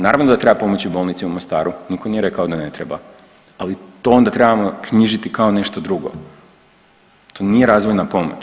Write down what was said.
Naravno da treba pomoći bolnici u Mostaru, niko nije rekao da ne treba, ali to onda trebamo knjižiti kao nešto drugo, to nije razvojna pomoć.